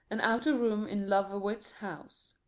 an outer room in lovewit's house.